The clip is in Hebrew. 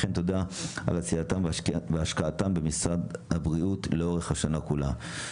וכן תודה על השקעתם ועשייתם במשרד הבריאות לאורך השנה כולה.